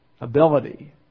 ability